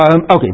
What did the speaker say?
Okay